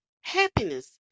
Happiness